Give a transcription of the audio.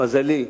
למזלי,